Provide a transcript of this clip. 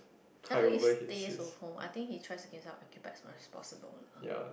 I don't think he stays at home I think he tries to keep himself occupied as much as possible lah